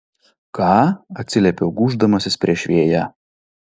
ką atsiliepiau gūždamasis prieš vėją